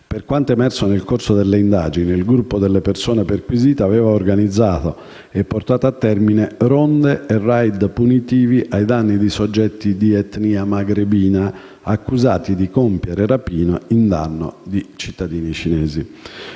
Per quanto emerso nel corso delle indagini, il gruppo delle persone perquisite aveva organizzato e portato a termine ronde e *raid* punitivi ai danni di soggetti di etnia maghrebina, accusati di compiere rapine in danno di cittadini cinesi.